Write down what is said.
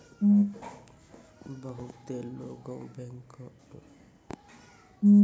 बहुते लोगै बैंको सं भी कर्जा लेय छै लेकिन बैंको मे बंधक बनया ले लागै छै